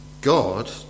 God